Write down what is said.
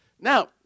Now